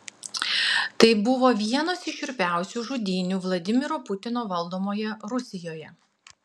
tai buvo vienos iš šiurpiausių žudynių vladimiro putino valdomoje rusijoje